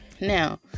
Now